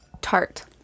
tart